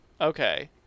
Okay